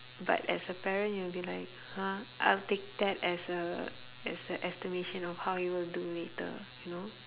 but as a parent you'll be like !huh! I'll take that as a as a estimation of how you will do later you know